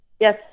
Yes